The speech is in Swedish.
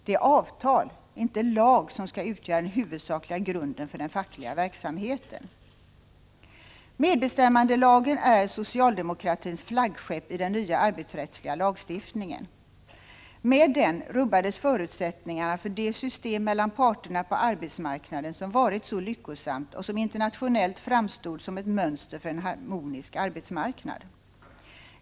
Det är avtal — inte lag — som skall utgöra den huvudsakliga grunden för den fackliga verksamheten. Medbestämmandelagen är socialdemokratins flaggskepp i den nya arbetsrättsliga lagstiftningen. Med den rubbades förutsättningarna för det system mellan parterna på arbetsmarknaden som varit så lyckosamt och som internationellt framstod som ett mönster för en harmonisk arbetsmarknad.